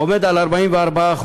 הוא 44%,